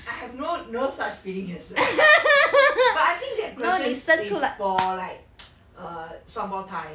I have no no such feeling as that but I think that question is for like err 双胞胎